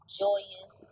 joyous